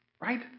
Right